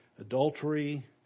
adultery